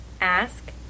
Ask